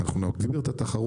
אנחנו נגביר גם את התחרות,